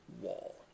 wall